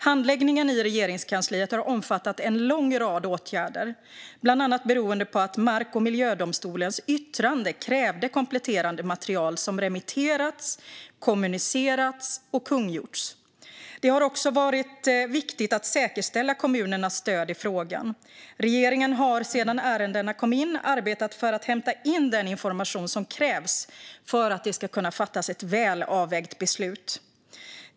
Handläggningen i Regeringskansliet har omfattat en lång rad åtgärder, bland annat beroende på att mark och miljödomstolens yttrande krävde kompletterade material som remitterats, kommunicerats och kungjorts. Det har också varit viktigt att säkerställa kommunernas stöd i frågan. Regeringen har sedan ärendena kom in arbetat för att hämta in den information som krävs för att det ska kunna fattas ett väl avvägt beslut.